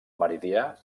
meridià